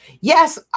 Yes